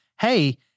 hey